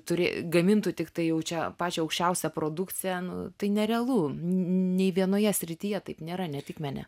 turi gamintų tiktai jau čia pačią aukščiausią produkciją ten tai nerealu nei vienoje srityje taip nėra ne tik mene